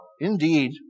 indeed